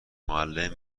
معلم